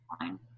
fine